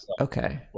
Okay